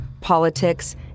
politics